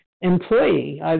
employee